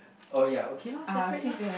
oh ya okay lor separate lor